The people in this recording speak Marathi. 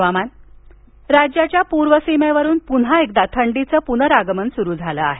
हवामान राज्याच्या पूर्वसीमेवरून पुन्हा एकदा थंडीचं पुनरागमन सुरू झालं आहे